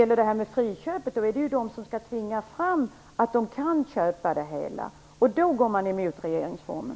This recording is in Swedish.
När det gäller friköpet handlar det om att tvinga fram ett köp. Det är då man går emot regeringsformen.